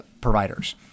providers